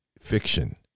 fiction